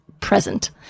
present